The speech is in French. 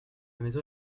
maison